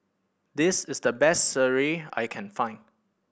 this is the best sireh I can find